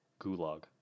gulag